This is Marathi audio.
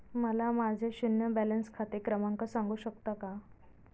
मला माझे शून्य बॅलन्स खाते क्रमांक सांगू शकता का?